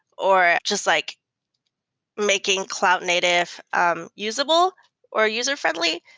or just like making cloud native um usable or user friendly.